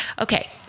okay